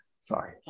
Sorry